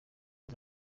nta